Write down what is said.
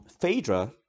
Phaedra